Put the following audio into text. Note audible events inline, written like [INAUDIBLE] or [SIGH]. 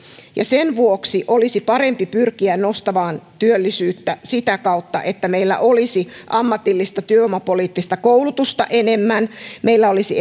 ja sen vuoksi olisi parempi pyrkiä nostamaan työllisyyttä sitä kautta että meillä olisi ammatillista työvoimapoliittista koulutusta enemmän meillä olisi [UNINTELLIGIBLE]